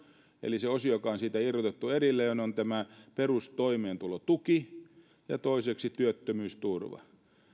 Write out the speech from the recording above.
eli se osio joka on siitä irrotettu erilleen on perustoimeentulotuki ja toiseksi työttömyysturva